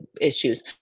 issues